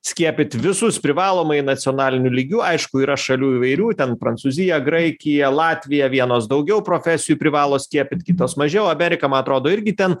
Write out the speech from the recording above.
skiepyt visus privalomai nacionaliniu lygiu aišku yra šalių įvairių ten prancūzija graikija latvija vienos daugiau profesijų privalo skiepyt kitos mažiau amerika man atrodo irgi ten